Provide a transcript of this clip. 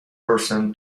person